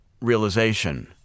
realization